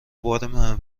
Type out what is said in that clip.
بار